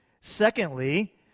Secondly